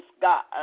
God